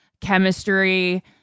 chemistry